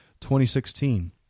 2016